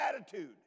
attitude